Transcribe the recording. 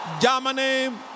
Germany